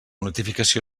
notificació